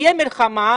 יהיה מלחמה,